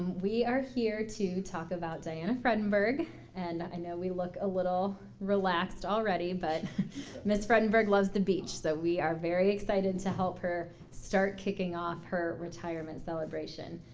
we are here to talk about diana fredenberg and i know we look a little relaxed already but ms fredenburg loves the beach so we are very excited to help her start kicking off her retirement celebration.